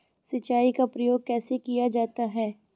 सिंचाई का प्रयोग कैसे किया जाता है?